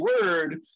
word